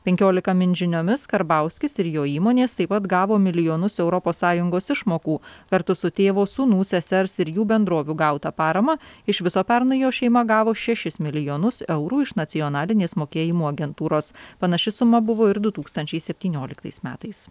penkiolika min žiniomis karbauskis ir jo įmonės taip pat gavo milijonus europos sąjungos išmokų kartu su tėvo sūnų sesers ir jų bendrovių gauta parama iš viso pernai jo šeima gavo šešis milijonus eurų iš nacionalinės mokėjimų agentūros panaši suma buvo ir du tūkstančiai septynioliktais metais